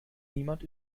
niemand